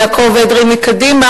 חבר הכנסת יעקב אדרי מקדימה,